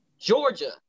Georgia